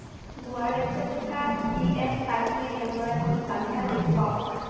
গোৱা ৰাজ্যত থকা ইএচআইচি কেন্দ্ৰৰ এখন তালিকা দেখুৱাওক